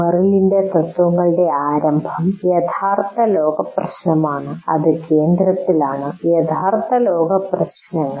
മെറിലിന്റെ തത്ത്വങ്ങളുടെ ആരംഭം യഥാർത്ഥ ലോക പ്രശ്നമാണ് അത് കേന്ദ്രത്തിലാണ് യഥാർത്ഥ ലോകപ്രശ്നങ്ങൾ